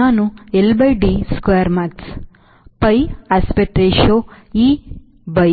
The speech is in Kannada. ನಾನು L by D square max pi aspect ratio e by